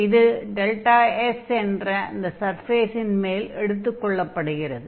இது δS என்ற இந்த சர்ஃபேஸின் மேல் எடுத்துக் கொள்ளப்படுகிறது